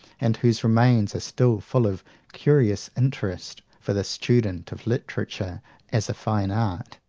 and whose remains are still full of curious interest for the student of literature as a fine art.